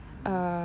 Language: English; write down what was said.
mm